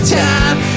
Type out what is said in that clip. time